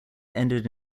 ended